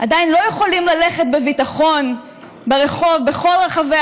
עדיין לא יכולים ללכת בביטחון ברחוב בכל רחבי